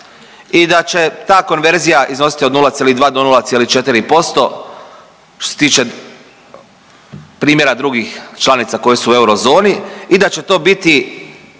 i da će ta konverzija iznositi od 0,2 do 0,4% što se tiče primjera drugih članica koje su u eurozoni i da će to biti